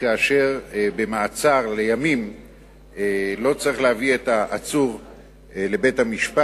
כאשר במעצר לימים לא צריך להביא את העצור לבית-המשפט,